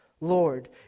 Lord